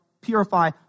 purify